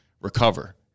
recover